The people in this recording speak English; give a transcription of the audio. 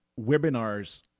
webinars